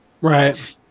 Right